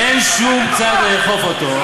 אין שום צעד לאכוף אותו.